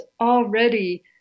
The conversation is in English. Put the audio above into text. already